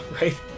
right